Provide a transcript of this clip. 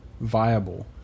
viable